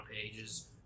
pages